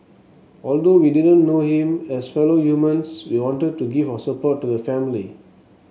although we didn't know him as fellow humans we wanted to give our support to the family